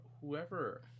whoever